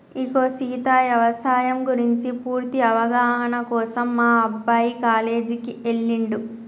ఇగో సీత యవసాయం గురించి పూర్తి అవగాహన కోసం మా అబ్బాయి కాలేజీకి ఎల్లిండు